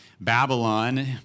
Babylon